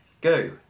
Go